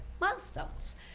milestones